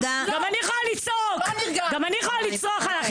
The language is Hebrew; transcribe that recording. גם אני יכולה לצעוק, גם אני יכולה לצרוח עליך.